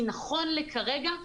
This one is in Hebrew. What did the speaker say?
כי נכון לכרגע,